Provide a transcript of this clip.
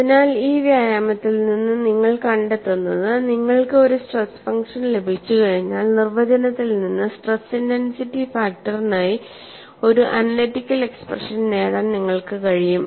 അതിനാൽ ഈ വ്യായാമത്തിൽ നിന്ന് നിങ്ങൾ കണ്ടെത്തുന്നത് നിങ്ങൾക്ക് ഒരു സ്ട്രെസ് ഫംഗ്ഷൻ ലഭിച്ചുകഴിഞ്ഞാൽ നിർവചനത്തിൽ നിന്ന് സ്ട്രെസ് ഇന്റൻസിറ്റി ഫാക്ടറിനായി ഒരു അനാലിറ്റിക്കൽ എക്സ്പ്രഷൻ നേടാൻ നിങ്ങൾക്ക് കഴിയും